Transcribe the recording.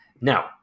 Now